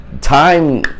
time